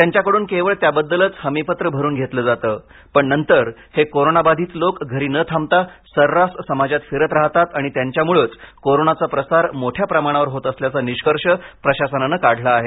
त्यांच्याकडून केवळ त्याबद्दलच हमीपत्र भरून घेतलं जातं पण नंतर हे कोरोना बाधित लोक घरी न थांबता सर्रास समाजात फिरत राहतात आणि त्यांच्यामुळेच कोरोनाचा प्रसार मोठ्या प्रमाणावर होत असल्याचा निष्कर्ष प्रशासनानं काढला आहे